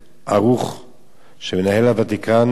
שמנהל הוותיקן לקבל אפוטרופסות